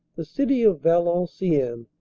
the city of valenciennes,